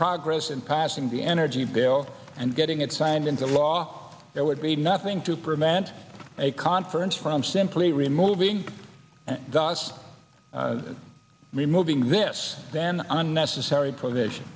progress in passing the energy bill and getting it signed into law there would be nothing to prevent a conference from simply removing and thus removing this then unnecessary pr